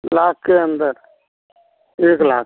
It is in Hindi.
लाख के अंदर एक लाख